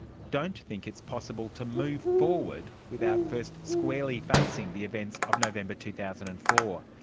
don't think it's possible to move forward without first squarely facing the events of november two thousand and four.